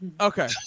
Okay